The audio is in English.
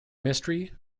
mystery